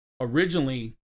Originally